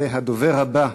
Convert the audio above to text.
הדובר הבא,